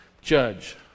judge